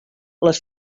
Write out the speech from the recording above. les